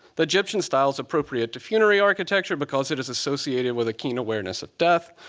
the egyptian style is appropriate to funerary architecture, because it is associated with a keen awareness of death.